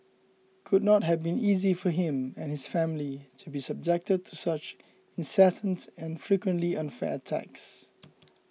could not have been easy for him and his family to be subjected to such incessant and frequently unfair attacks